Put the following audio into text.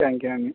thank you